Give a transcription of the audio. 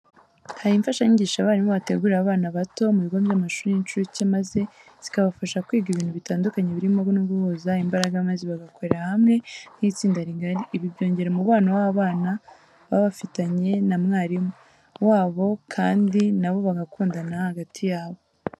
Hari imfashanyigisho abarimu bategurira abana bato biga mu bigo by'amashuri y'incuke maze zikabafasha kwiga ibintu bitandukanye birimo no guhuza imbaraga maze bagakorera hamwe nk'itsinda rigari. Ibi byongera umubano abana baba bafitanye na mwarimu wabo kandi na bo bagakundana hagati yabo.